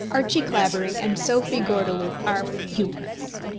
archie clavering, and sophie gordeloup are humorous.